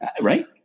Right